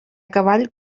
cavall